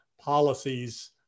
policies